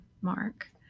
Mark